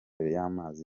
y’amazi